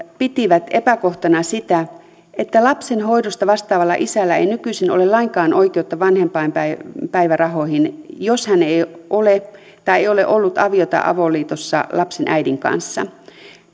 pitivät epäkohtana sitä että lapsen hoidosta vastaavalla isällä ei nykyisin ole lainkaan oikeutta vanhempainpäivärahoihin jos hän ei ole tai ei ole ollut avio tai avoliitossa lapsen äidin kanssa